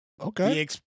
okay